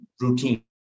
routine